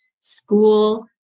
school